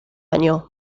año